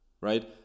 right